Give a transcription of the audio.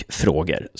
frågor